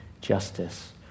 justice